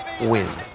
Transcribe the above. wins